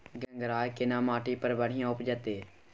गंगराय केना माटी पर बढ़िया उपजते?